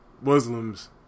Muslims